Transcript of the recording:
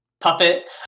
puppet